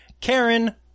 Karen